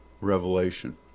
revelation